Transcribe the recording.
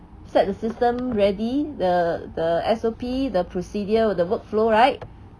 set the system ready the the S_O_P the procedure the work flow right